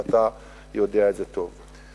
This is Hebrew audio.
ואתה יודע את זה טוב.